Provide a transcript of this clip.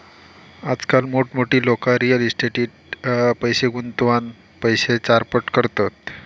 आजकाल मोठमोठी लोका रियल इस्टेटीट पैशे गुंतवान पैशे चारपट करतत